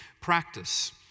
practice